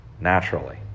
naturally